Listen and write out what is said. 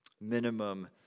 minimum